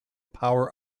power